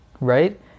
Right